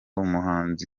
umuhanzi